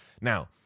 Now